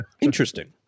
Interesting